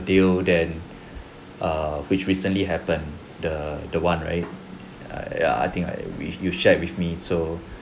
deal then err which recently happen the the one right ya I think I sh~ you share with me so